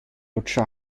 lutscher